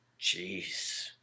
Jeez